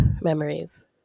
memories